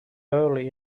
early